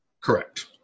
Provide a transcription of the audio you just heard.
Correct